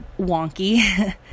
wonky